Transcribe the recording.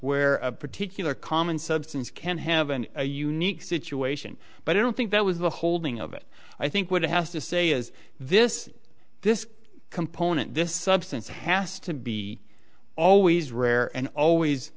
where a particular common substance can have an unique situation but i don't think that was the holding of it i think what it has to say is this this component this substance has to be always rare and always